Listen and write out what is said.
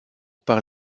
par